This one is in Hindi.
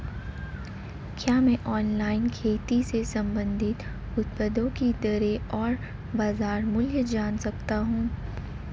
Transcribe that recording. क्या मैं ऑनलाइन खेती से संबंधित उत्पादों की दरें और बाज़ार मूल्य जान सकता हूँ?